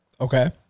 Okay